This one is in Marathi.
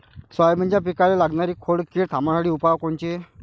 सोयाबीनच्या पिकाले लागनारी खोड किड थांबवासाठी उपाय कोनचे?